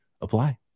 apply